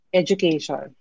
education